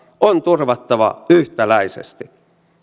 on turvattava yhtäläisesti